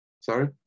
Sorry